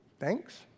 Thanks